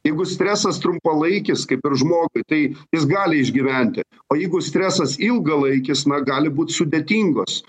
jeigu stresas trumpalaikis kaip ir žmogui tai jis gali išgyventi o jeigu stresas ilgalaikis na gali būti sudėtingos